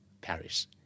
Paris